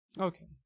Okay